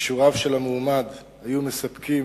כישוריו של המועמד היו מספקים